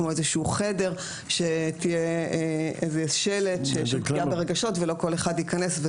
כמו איזשהו חדר שתהיה איזה שלט של פגיעה ברגשות ולא כל אחד ייכנס,